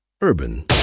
Urban